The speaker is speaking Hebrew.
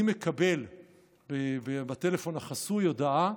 אני מקבל בטלפון החסוי הודעה,